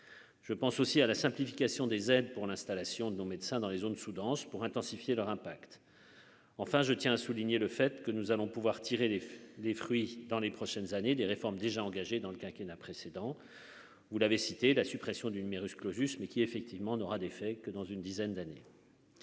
Je pense aussi à la simplification des aides pour l'installation de nos médecins dans les zones sous-denses pour intensifier leur impact, enfin, je tiens à souligner le fait que nous allons pouvoir tirer des des fruits dans les prochaines années des réformes déjà engagées dans le quinquennat précédent, vous l'avez cité la suppression du numerus clausus, mais qui effectivement n'aura d'effet que dans une dizaine d'années.